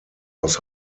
aus